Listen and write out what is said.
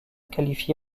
qualifié